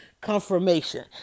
confirmation